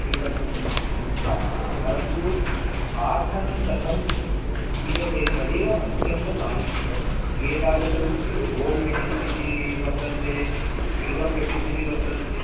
स्वीकर्तुम् इच्छामः परन्तु पाठनं कथं क्रियते तदेव अत्यन्तम् आवश्यकम् एतावत् गोल्ड् मेडलिस्ट् इति वर्तन्ते सिल्वर् मेडलिस्ट् इति वर्तन्ते